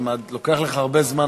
כי לוקח לך הרבה זמן,